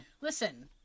Listen